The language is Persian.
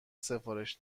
سفارش